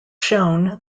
shown